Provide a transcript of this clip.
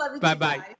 Bye-bye